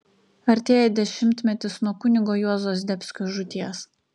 artėja dešimtmetis nuo kunigo juozo zdebskio žūties